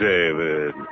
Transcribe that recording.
David